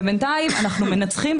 ובינתיים אנחנו מנצחים,